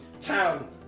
town